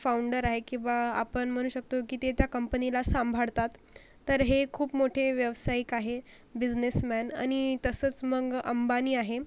founder आहे किंवा आपण म्हणू शकतो की ते त्या कंपनीला सांभाळतात तर हे खूप मोठे व्यावसायिक आहे बिजनेस मॅन आणि तसंच मग अंबानी आहे